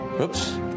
Oops